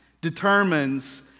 determines